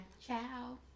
Ciao